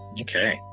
Okay